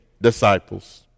Disciples